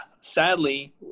sadly